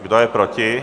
Kdo je proti?